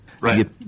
Right